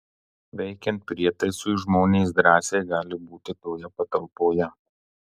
veikiant prietaisui žmonės drąsiai gali būti toje patalpoje